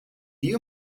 you